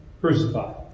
Crucified